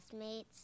classmates